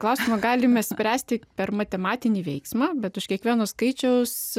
klausimą galime spręsti per matematinį veiksmą bet už kiekvieno skaičiaus